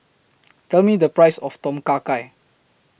Tell Me The Price of Tom Kha Gai